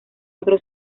otro